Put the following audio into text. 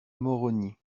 moroni